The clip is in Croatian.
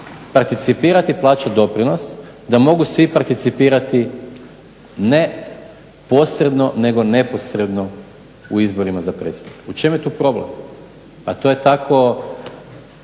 participirati i plaćati doprinos da mogu svi participirati ne posredno nego neposredno u izborima za predsjednika. U čemu je tu problem? Pa to je tako